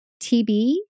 TB